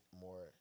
more